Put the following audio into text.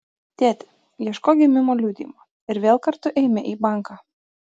tėti ieškok gimimo liudijimo ir vėl kartu eime į banką